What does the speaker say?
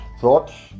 thoughts